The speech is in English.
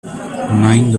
nine